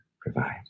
provide